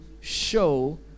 show